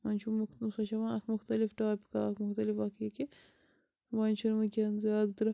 وۄنۍ چھُ سۄ چھِ یِوان اکھ مختلف ٹاپِکہ اکھ مختلف اَکھ یہِ کہِ وۄنۍ چھُنہٕ وُنٛکیٚن زیادٕ